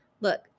Look